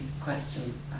question